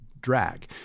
drag